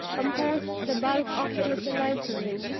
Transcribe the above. composed the bulk of the little library.